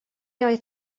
oedd